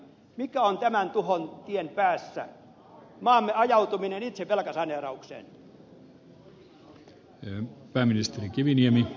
mikä on tämän tuhon tien päässä maamme ajautuminen itse velkasaneeraukseen